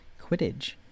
Quidditch